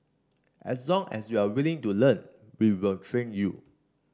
as long as you're willing to learn we will train you